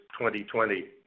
2020